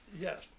Yes